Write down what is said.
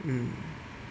mm